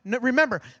remember